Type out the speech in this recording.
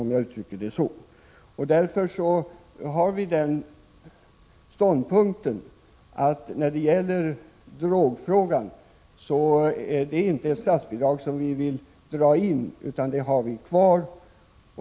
Vi anser därför att man inte skall dra in statsbidragen på drogområdet utan vill ha dem kvar.